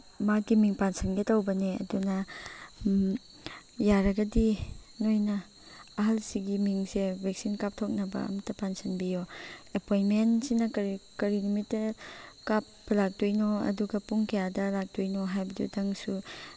ꯃꯍꯥꯛꯀꯤ ꯃꯤꯡ ꯄꯥꯟꯁꯤꯟꯒꯦ ꯇꯧꯕꯅꯦ ꯑꯗꯨꯅ ꯌꯥꯔꯒꯗꯤ ꯅꯣꯏꯅ ꯑꯍꯜꯁꯤꯒꯤ ꯃꯤꯡꯁꯦ ꯚꯦꯛꯁꯤꯟ ꯀꯥꯞꯊꯣꯛꯅꯕ ꯑꯃꯇ ꯄꯥꯟꯁꯤꯟꯕꯤꯌꯣ ꯑꯦꯄꯣꯏꯟꯃꯦꯟꯁꯤꯅ ꯀꯔꯤ ꯀꯔꯤ ꯅꯨꯃꯤꯠꯇ ꯀꯥꯞꯄ ꯂꯥꯛꯇꯣꯏꯅꯣ ꯑꯗꯨꯒ ꯄꯨꯡ ꯀꯌꯥꯗ ꯂꯥꯛꯇꯣꯏꯅꯣ ꯍꯥꯏꯕꯗꯨꯗꯪꯁꯨ